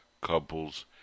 couple's